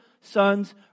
son's